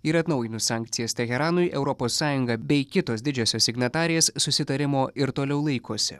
ir atnaujinus sankcijas teheranui europos sąjunga bei kitos didžiosios signatarės susitarimo ir toliau laikosi